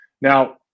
Now